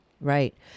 Right